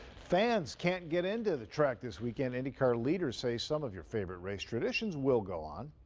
fans can't get into the track this weekend indy car leaders say some of your favorite race traditions will go on.